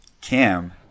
Cam